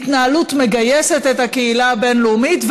התנהלות המגייסת את הקהילה הבין-לאומית,